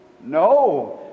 No